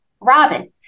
Robin